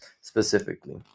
specifically